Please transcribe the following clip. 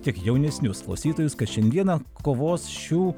tiek jaunesnius klausytojus kad šiandieną kovos šių